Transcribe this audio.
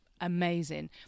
amazing